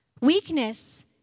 Weakness